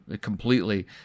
completely